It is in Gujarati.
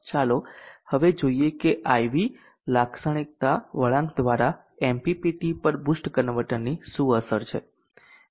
ચાલો હવે જોઈએ કે IV લાક્ષણિકતા વળાંક દ્વારા MPPT પર બૂસ્ટ કન્વર્ટરની શું અસર છે